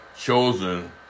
chosen